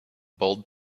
bold